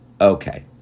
Okay